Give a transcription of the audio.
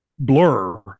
blur